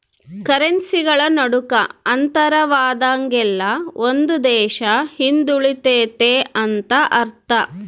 ಕರೆನ್ಸಿಗಳ ನಡುಕ ಅಂತರವಾದಂಗೆಲ್ಲ ಒಂದು ದೇಶ ಹಿಂದುಳಿತೆತೆ ಅಂತ ಅರ್ಥ